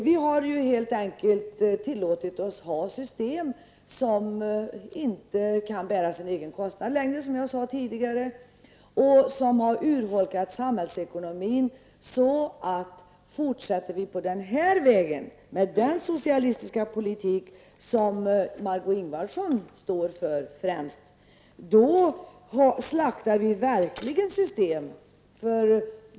Vi har helt enkelt tillåtit oss att ha system som alltså inte kan bära sig själva och som har urholkat samhällsekonomin. Fortsätter vi med den socialistiska politik som Margó Ingvardsson står för slaktar vi verkligen system.